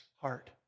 heart